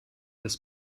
das